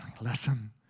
listen